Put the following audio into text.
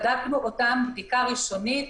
בדקנו אותן בדיקה ראשונית.